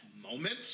moment